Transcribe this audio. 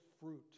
fruit